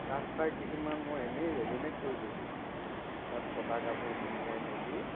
duster কিছুমান মই এনেই ৰেডিমেড কৰি থৈ দিওঁ তাত ফটা কাপোৰ সোমোৱাই মেলি